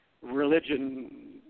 religion